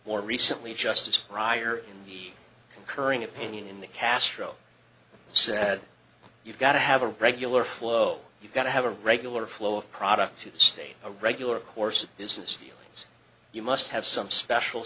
more recently justice prior be concurring opinion in the castro said you've got to have a regular flow you've got to have a regular flow of product to state a regular course of business dealings you must have some special